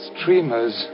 Streamers